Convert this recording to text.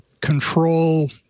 control